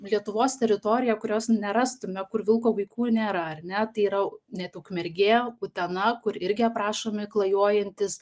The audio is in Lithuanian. lietuvos teritorija kurios nerastume kur vilko vaikų nėra ar ne tai yra net ukmergė utena kur irgi aprašomi klajojantys